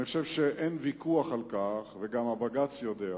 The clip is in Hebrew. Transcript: אני חושב שאין ויכוח על כך, וגם הבג"ץ יודע,